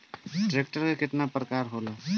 Tractor के केतना प्रकार होला?